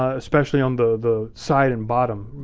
especially on the side and bottom.